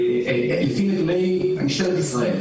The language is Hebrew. לפי נתוני משטרת ישראל,